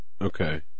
Okay